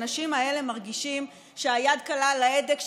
האנשים האלה מרגישים שהיד קלה על ההדק,